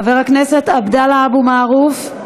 חבר הכנסת עבדאללה אבו מערוף.